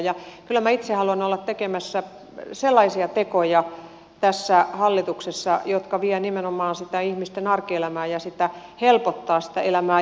kyllä minä itse haluan olla tekemässä sellaisia tekoja tässä hallituksessa jotka vievät nimenomaan sitä ihmisten arkielämää eteenpäin ja helpottavat sitä elämää